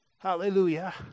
Hallelujah